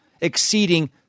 exceeding